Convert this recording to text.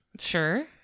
Sure